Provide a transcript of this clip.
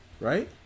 right